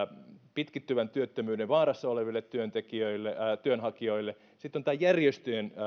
pitkittyvän työttömyyden vaarassa oleville työnhakijoille sitten on tämä järjestöjen